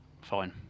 fine